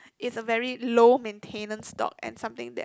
is a very low maintenance dog and something that